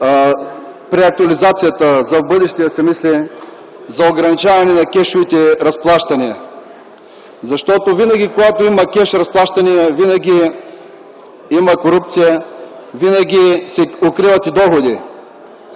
при актуализацията, за в бъдеще да се мисли за ограничаване на кешовите разплащания, защото винаги, когато има кеш разплащания, винаги има корупция, винаги се укриват и доходи.